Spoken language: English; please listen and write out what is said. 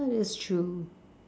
that is true